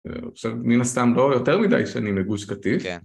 למשל, מן הסתם לא יותר מדי שנים מגוש קטיף